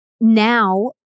now